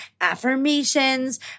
affirmations